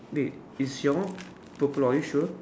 wait is your one purple are you sure